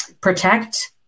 protect